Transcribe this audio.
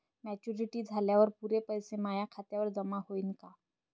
Maturity झाल्यावर पुरे पैसे माया खात्यावर जमा होईन का?